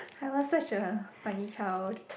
I was such a funny child